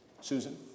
Susan